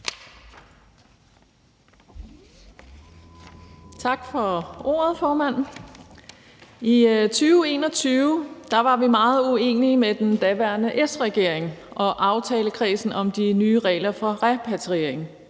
Tak for ordet, formand. I 2021 var vi meget uenige med den daværende S-regering og aftalekredsen om de nye regler for repatriering,